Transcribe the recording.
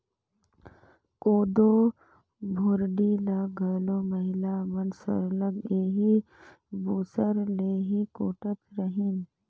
कोदो भुरडी ल घलो महिला मन सरलग एही मूसर ले ही कूटत रहिन